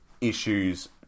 issues